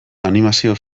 animazio